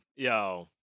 Yo